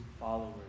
followers